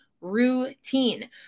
routine